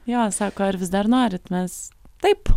jo sako ar vis dar norite mes taip